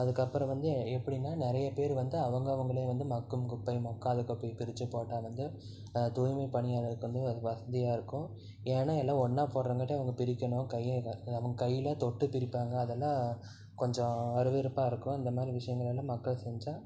அதற்கப்பறம் வந்து எப்படின்னா நிறைய பேர் வந்து அவங்கவங்களே வந்து மக்கும் குப்பை மக்காத குப்பை பிரிச்சிப் போட்டால் வந்து தூய்மை பணியாளருக்கு வந்து அது வசதியாக இருக்கும் ஏன்னா எல்லாம் ஒன்னாக போட்டுறங்காட்டி அவங்க பிரிக்கணும் கையில் அவங்க கையில் தொட்டுப் பிரிப்பாங்க அதெல்லாம் கொஞ்சம் அறுவெறுப்பா இருக்கும் அந்த மாதிரி விஷயங்களலாம் மக்கள் செஞ்சால்